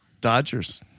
Dodgers